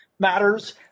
matters